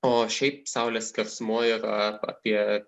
o šiaip saulės skersmuo yra apie